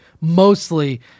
mostly